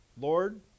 Lord